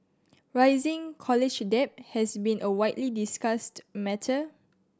rising college debt has been a widely discussed matter